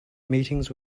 meetings